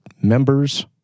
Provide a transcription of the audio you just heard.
members